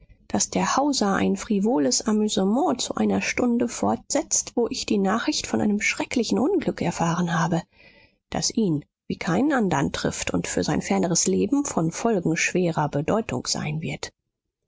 daß der hauser ein frivoles amüsement zu einer stunde fortsetzt wo ich die nachricht von einem schrecklichen unglück erfahren habe das ihn wie keinen andern trifft und für sein ferneres leben von folgenschwerer bedeutung sein wird